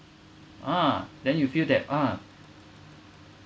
ah then you feel that ah